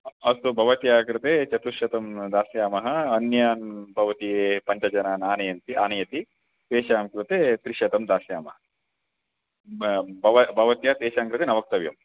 अस्तु भवत्याः कृते चतुश्शतं दास्यामः अन्यान् भवती पञ्चजनान् आनयन्ति आनयति तेषां कृते त्रिशतं दास्यामः बव भवत्याः तेषां कृते न वक्तव्यम्